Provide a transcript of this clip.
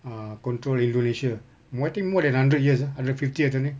ah control indonesia mo~ I think more than a hundred years ah hundred fifty years ke ni